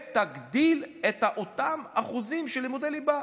ותגדיל את אותם אחוזים של לימודי ליבה.